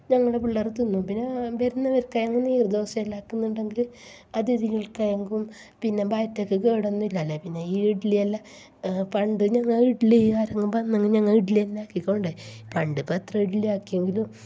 ഞങ്ങളുടെ പിള്ളേർ തിന്നും പിന്നെ വരുന്നവര് നീര് ദോശ ഉണ്ടാക്കുന്നുണ്ടെങ്കിൽ അത് ഇതുങ്ങള്ക്ക് ആകും പിന്നെ ബയറ്റക്കു കേടൊന്നും ഇല്ലല്ലോ പിന്നെ ഈ ഇഡലി എല്ലാം പണ്ട് ഞങ്ങൾ വീട്ടിൽ ആരെങ്കിലും ബന്നെങ്ങാ ഇഡ്ഡലി തന്നെ ആക്കികൊണ്ട് ഉണ്ടായി പണ്ട് ഇപ്പം എത്ര ഇഡലി ആക്കിയാലും